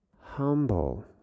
humble